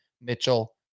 Mitchell